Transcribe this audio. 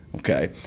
Okay